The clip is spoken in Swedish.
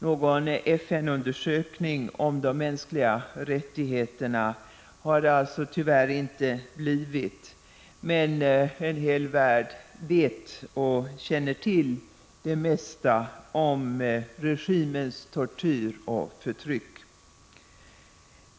Någon FN-undersökning om de mänskliga rättigheterna har det alltså tyvärr inte blivit, men en hel värld känner till det mesta om regimens tortyr och förtryck.